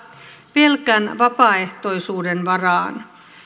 pelkän vapaaehtoisuuden varaan